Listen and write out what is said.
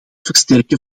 versterken